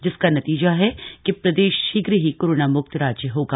जिसका नतीजा है कि प्रदेश शीघ्र ही कोरोना मुक्त राज्य होगा